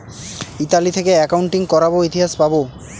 Italy থেকে accounting করাবো ইতিহাস পাবো